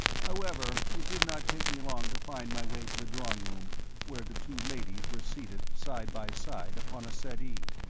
however, it did not take me long to find my way to the drawing room where the two ladies were seated side by side upon a settee,